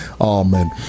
amen